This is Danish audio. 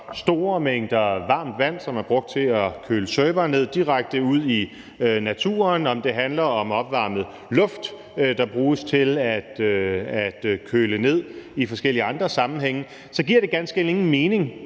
store mængder varmt vand, som er brugt til at køle servere ned, direkte ud i naturen, eller det handler om opvarmet luft, der bruges til at køle ned i forskellige andre sammenhænge, så giver det ganske enkelt ingen mening,